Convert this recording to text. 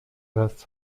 das